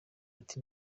ati